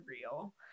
real